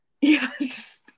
Yes